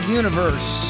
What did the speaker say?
universe